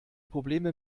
probleme